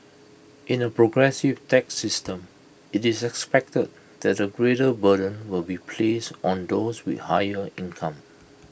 in A progressive tax system IT is expected that A greater burden will be placed on those with higher income